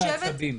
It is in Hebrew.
הרבה מאוד עצבים.